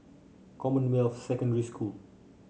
Commonwealth Secondary School